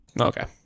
Okay